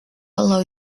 allow